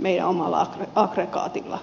meidän omalla aggregaatillamme